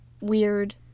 weird